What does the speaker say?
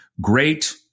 great